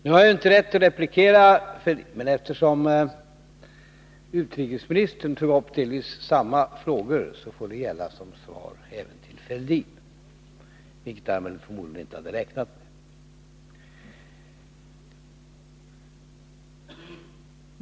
Nu har jag inte rätt att replikera herr Fälldin, men eftersom utrikesministern tog upp delvis samma frågor får det här gälla som svar även till herr Fälldin — vilket han förmodligen inte hade räknat med.